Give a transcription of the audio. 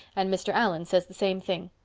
and mr. allan says the same thing.